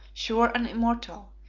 sure and immortal.